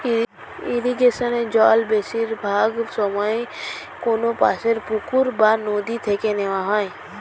ইরিগেশনে জল বেশিরভাগ সময়ে কোনপাশের পুকুর বা নদি থেকে নেওয়া হয়